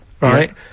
Right